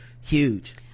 huge